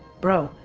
bro,